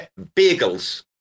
Bagels